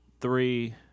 three